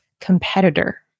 competitor